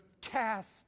cast